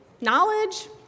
Knowledge